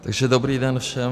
Takže dobrý den všem.